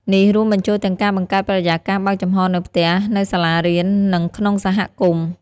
នេះរួមបញ្ចូលទាំងការបង្កើតបរិយាកាសបើកចំហរនៅផ្ទះ នៅសាលារៀន និងក្នុងសហគមន៍។